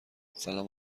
سلام